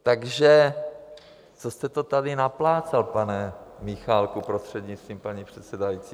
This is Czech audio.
Takže co jste to tady naplácal, pane Michálku, prostřednictvím paní předsedající?